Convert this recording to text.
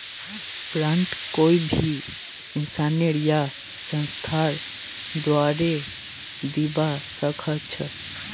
grant कोई भी इंसानेर या संस्थार द्वारे दीबा स ख छ